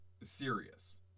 serious